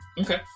Okay